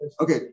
okay